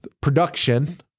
production